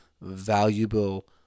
valuable